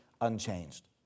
unchanged